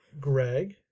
Greg